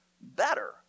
better